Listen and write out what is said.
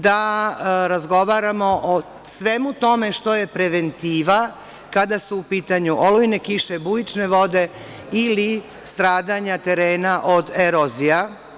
Da razgovaramo o svemu tome što je preventiva kada su u pitanju olujne kiše, bujične vode ili stradanje terena od erozija.